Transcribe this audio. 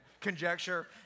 conjecture